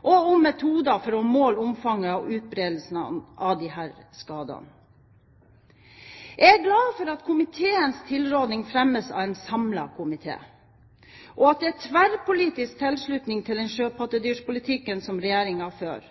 og om metoder for å måle omfanget og utbredelsen av disse skadene. Jeg er glad for at komiteens tilrådning fremmes av en samlet komité, og at det er tverrpolitisk tilslutning til den sjøpattedyrpolitikken som Regjeringen fører.